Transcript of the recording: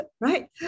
right